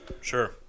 Sure